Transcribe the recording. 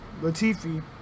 Latifi